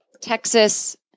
Texas